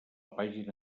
pàgina